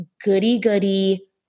goody-goody